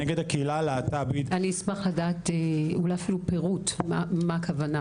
אני אשמח לשמוע פירוט מה הכוונה?